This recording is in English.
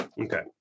Okay